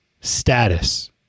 status